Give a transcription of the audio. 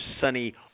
sunny